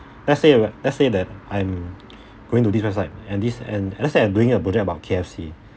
let's say right let's say that I'm going to this website and this and let's say I'm doing a project about K_F_C